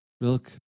milk